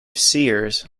seers